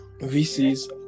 VCs